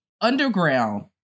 Underground